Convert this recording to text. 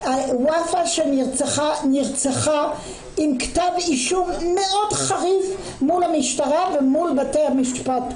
על וופא שנרצחה עם כתב אישום מאוד חריף מול המשטרה ומול בתי המשפט,